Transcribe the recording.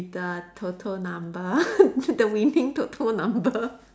the TOTO number the winning TOTO number